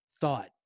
thought